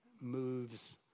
moves